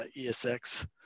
ESX